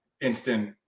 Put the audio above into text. instant